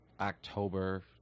October